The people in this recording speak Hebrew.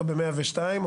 ב-102,